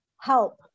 help